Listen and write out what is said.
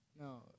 No